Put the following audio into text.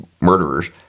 murderers